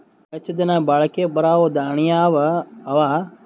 ಹೆಚ್ಚ ದಿನಾ ಬಾಳಿಕೆ ಬರಾವ ದಾಣಿಯಾವ ಅವಾ?